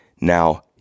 now